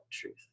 truth